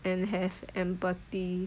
and have empathy